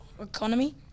economy